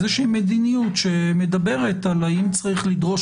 איזושהי מדיניות שמדברת על האם צריך לדרוש